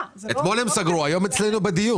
אתמול הם סגרו והיום הם אצלנו בדיון.